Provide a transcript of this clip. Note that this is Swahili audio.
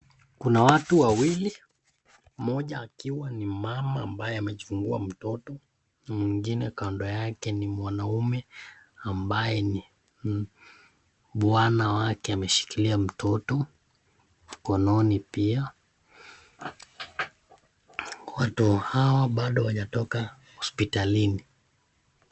Kuna watu wawili, mmoja akiwa ni mama ambaye amejifungua mtoto na mwingine kando yake ni mwanaume ambaye ni Bwana wake ameshikilia mtoto mkononi pia. Watu hawa bado hawajatoka hospitalini.